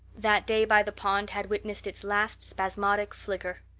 that day by the pond had witnessed its last spasmodic flicker.